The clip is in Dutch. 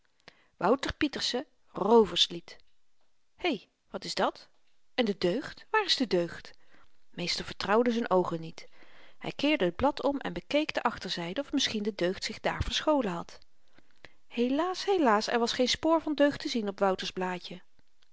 wouter pieterse rooverslied hè wat is dat en de deugd waar is de deugd meester vertrouwde z'n oogen niet hy keerde t blad om en bekeek de achterzyde of misschien de deugd zich daar verscholen had helaas helaas er was geen spoor van deugd te zien op wouter's blaadje